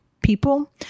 people